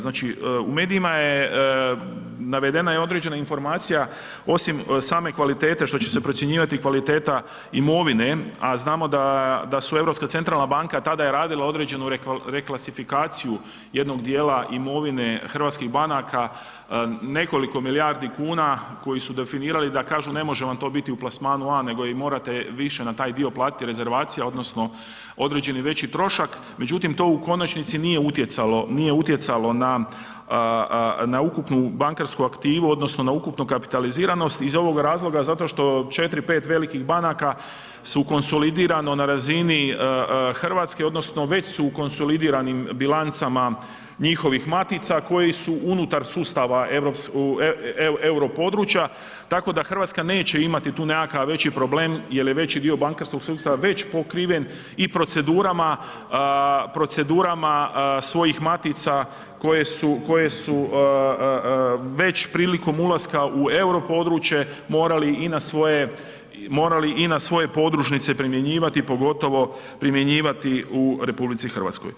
Znači u medijima je navedena određena informacija osim same kvalitete što će se procjenjivati i kvaliteta imovine a znamo da Europska centralna banka tada je radila određenu reklasifikaciju jednog djela imovine hrvatskih banaka, nekoliko milijardi kuna koji su definirali da kažu ne može vam to biti u plasmanu A nego morate više na taj dio platiti rezervacije odnosno određeni veći trošak međutim to u konačnici nije utjecalo na ukupnu bankarsku aktivu odnosno na ukupnu kapitaliziranost iz ovog razloga zato što 4, 5 velikih banaka su konsolidirano na razini Hrvatske odnosno već su u konsolidiranim bilancama njihovih matica koje su unutar sustava euro područja tako da Hrvatska neće imati tu nekakav veći problem jer je veći dio bankarskog sustava već pokriven i procedurama svojih matica koje su već prilikom ulaska u euro područje, morali i na svoje podružnice primjenjivati pogotovo primjenjivati u RH.